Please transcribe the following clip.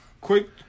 Quick